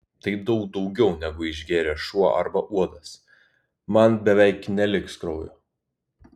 tai daug daugiau negu išgėrė šuo arba uodas man beveik neliks kraujo